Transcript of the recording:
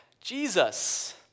Jesus